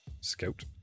Scout